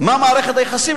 מה מערכת היחסים,